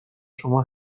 شما